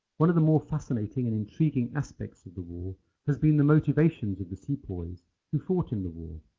one of the more fascinating and intriguing aspects of the war has been the motivations of the sepoys who fought in the war.